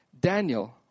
Daniel